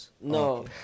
no